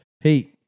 Hey